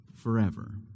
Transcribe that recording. forever